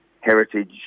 heritage